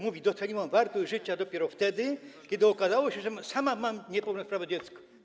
Mówi: doceniłam wartość życia dopiero wtedy, kiedy okazało się, że sama mam niepełnosprawne dziecko.